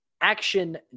Action